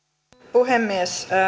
puhemies